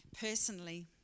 personally